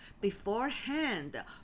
beforehand